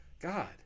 God